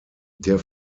der